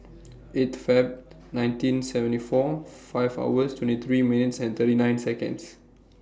eight Feb nineteen seventy four five hours twenty three minutes and thirty nine Seconds